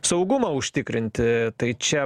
saugumą užtikrinti tai čia